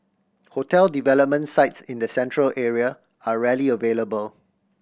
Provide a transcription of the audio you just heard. hotel development sites in the Central Area are rarely available